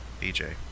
BJ